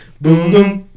Boom